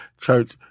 church